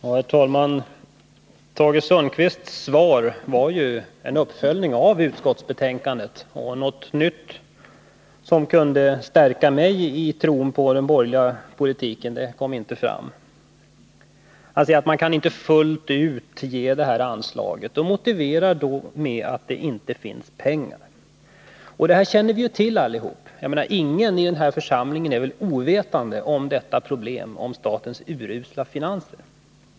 Herr talman! Tage Sundkvists anförande var ju en uppföljning av utskottsbetänkandet. Något nytt som kunde stärka mig i tron på den borgerliga politiken kom inte fram. Man kan inte ”fullt ut” anvisa det här beloppet, säger Tage Sundkvist, och motiverar det med att det inte finns pengar. Det känner vi till allihop. Ingen i den här församlingen är ovetande om det problemet — om statens urusla finanser.